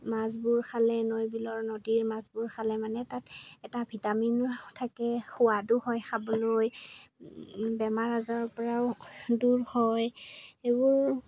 মাছবোৰ খালে নৈবিলৰ নদীৰ মাছবোৰ খালে মানে তাত এটা ভিটামিন থাকে সোৱাদো হয় খাবলৈ বেমাৰ আজাৰৰপৰাও দূৰ হয় সেইবোৰ